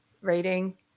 rating